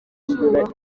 izuba